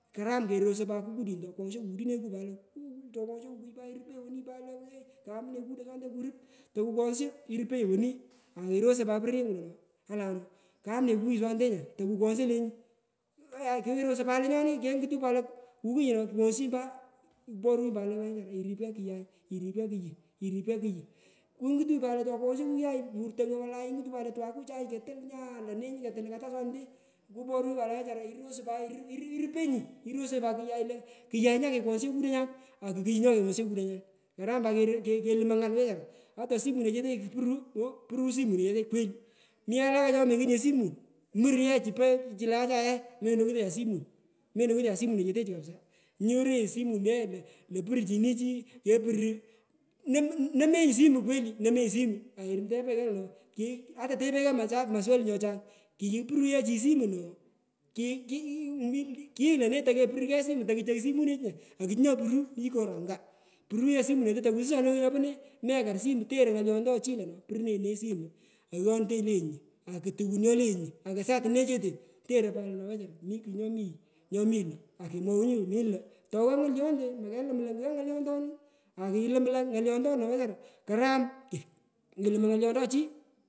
Karam kerosoi pat kukudin tokwoghsho pat kukudineku lo wu wu tokwoghsho kukui pat irupenyi woni pat lawel kamne kukudenyan tokurip tokukwoghsho irupenyi woni airosoi pat pororyengu lo alano kamne kukuyu swanete nya tokukwoghsho lenyu, aiya kerosoi pat lenyoni kenguta pat lo kukuyu kwoghshiyi pat koporunyi lo pat wechara keripe kuyai iripe kuyu i kungu tanyi pat lo tokwoghsho kukuyai kutongoi wolai ingutunyi pat lo twaku chai katul nya ntonanyu kata swanete kuporunyi pat lo wechara irosoi pat irupenyi irosenyi pat kuyai lo kuyai nya kekwughsheo kauonyan akukuyu nyakekwoghsheo kidonyan karam pat kalumoi ngal wechara ata simune chetechu puru ooh puru sumunechetehu kweli mi walaka chomengut nye simun murge chupo chule achaye melongutocha simun melongutocha simunechetechu kapisa nyorunenyi simun ye lo purchini chii kepuru nome nomenyi simu nomenyi simu kweli momenyi simu aitepanyi kogh lo ata tepenyi kegh maswali chochang kuyu puru ye chi simu no ki kikigh lone tokapurchu kegh simu tokuchoi simunechu nya akuchi nyopurui mi kor anga puru ye simurete tokususanu nyopone imekar simu teroi ngolionto chii lo purunenyi ne simu aghonete lenyi akutuwun nyolenyu teroi pat lo wechara mi kugh nyomini nyomilo akemwowunyi lo mi lo tegha ngolionte makelum lo ghai ngoliontonu ntokelum lo ngoliontone nochara karam kelumoi ng’olionto chii.